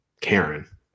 Karen